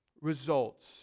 results